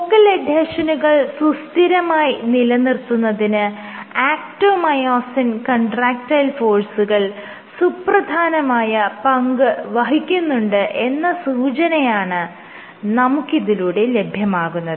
focal എഡ്ഹെഷനുകൾ സുസ്ഥിരമായി നിലനിർത്തുന്നതിന് ആക്റ്റോമയോസിൻ കൺട്രാക്ടയിൽ ഫോഴ്സുകൾ സുപ്രധാനമായ പങ്ക് വഹിക്കുന്നുണ്ട് എന്ന സൂചനയാണ് നമുക്ക് ഇതിലൂടെ ലഭ്യമാകുന്നത്